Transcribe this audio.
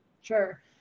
Sure